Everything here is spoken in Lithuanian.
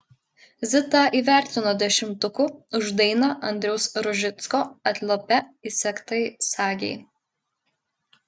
zitą įvertino dešimtuku už dainą andriaus rožicko atlape įsegtai sagei